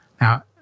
Now